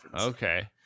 okay